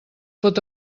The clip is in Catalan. pot